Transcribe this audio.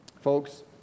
Folks